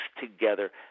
together